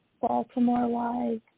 Baltimore-wise